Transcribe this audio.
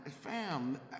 Fam